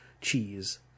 cheese